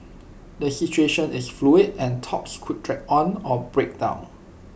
the situation is fluid and talks could drag on or break down